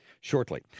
shortly